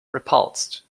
repulsed